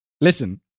Listen